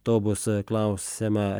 to bus klausiama